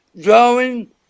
drawing